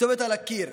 הכתובת על הקיר,